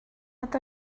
not